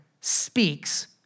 speaks